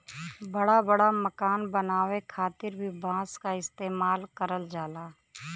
बड़ा बड़ा मकान बनावे खातिर भी बांस क इस्तेमाल करल जाला